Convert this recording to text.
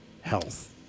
health